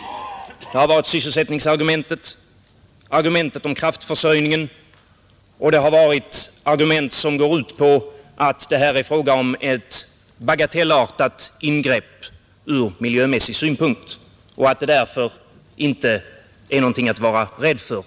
Det har varit sysselsättningsargumentet, argumen tet om kraftförsörjningen och synpunkter som går ut på att det är fråga om ett bagatellartat ingrepp ur miljömässig synvinkel och att det därför från denna aspekt inte är något att vara rädd för.